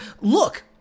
look